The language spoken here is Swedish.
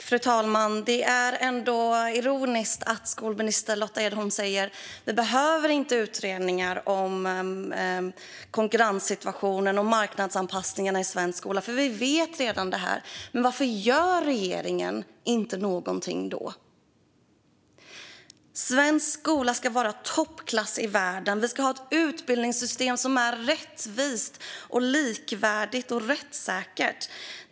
Fru talman! Det är ändå ironiskt att skolminister Lotta Edholm säger att vi inte behöver utredningar om konkurrenssituationen och marknadsanpassningarna i svensk skola eftersom vi redan vet detta. Men varför gör då inte regeringen någonting? Svensk skola ska vara i toppklass i världen. Vi ska ha ett utbildningsystem som är rättssäkert, rättvist och likvärdigt.